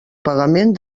pagament